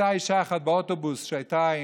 והייתה אישה אחת באוטובוס שהייתה עם,